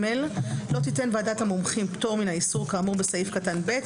לא תיתן ועדת המומחים פטור מן האיסור כאמור בסעיף קטן (ב),